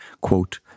quote